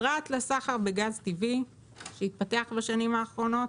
פרט לסחר בגז טבעי שהתפתח בשנים האחרונות,